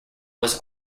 was